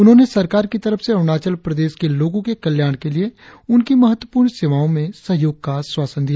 उन्होंने सरकार की तरफ से अरुणाचल प्रदेश के लोगों के कल्याण के लिए उनकी महत्वपुर्ण सेवाओं में सहयोग का आश्वासन दिया